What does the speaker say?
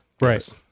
Right